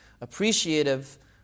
appreciative